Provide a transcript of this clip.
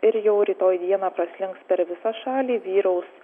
ir jau rytoj dieną praslinks per visą šalį vyraus